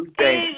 thank